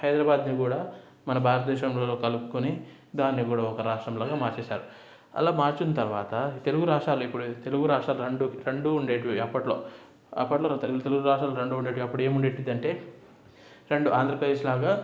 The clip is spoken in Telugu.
హైదరాబాద్ని కూడా మన భారతదేశంలో కలుపుకొని దాన్ని కూడా ఒక రాష్ట్రంలాగా మార్చేసారు అలా మార్చిన తరువాత తెలుగు రాష్ట్రాలు ఇప్పుడే తెలుగు రాష్ట్రాలు రెండు రెండూ ఉండేవి అప్పట్లో అప్పట్లో తెలుగు తెలుగు రాష్ట్రాలు రెండూ ఉండేవి అప్పుడేం ఉండేదంటే రెండు ఆంధ్రప్రదేశ్ లాగా